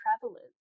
travelers